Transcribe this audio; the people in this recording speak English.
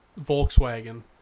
Volkswagen